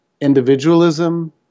Individualism